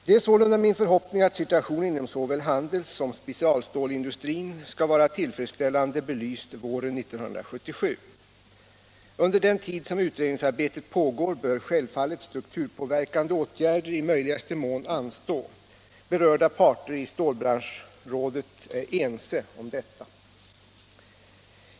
Det är sålunda min förhoppning att situationen inom såväl handelssom specialstålindustrin skall vara tillfredsställande belyst våren 1977. Under den tid som utredningsarbetet pågår bör självfallet strukturpåverkande åtgärder i möjligaste mån anstå. Berörda parter i stålbranschrådet är ense om detta.